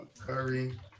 Curry